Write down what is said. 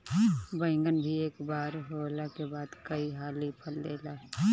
बैगन भी एक बार बोअला के बाद कई हाली फल देला